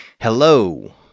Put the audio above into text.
Hello